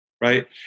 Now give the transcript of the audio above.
Right